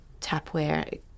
tapware